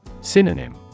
Synonym